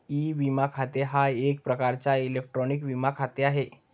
E विमा खाते हा एक प्रकारचा इलेक्ट्रॉनिक विमा खाते आहे